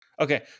Okay